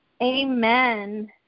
Amen